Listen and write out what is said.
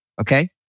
Okay